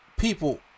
People